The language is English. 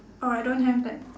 oh I don't have that